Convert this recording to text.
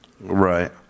right